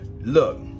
look